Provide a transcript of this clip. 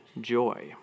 joy